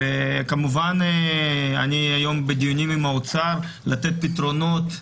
כמובן אני היום בדיונים עם האוצר לתת פתרונות,